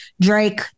Drake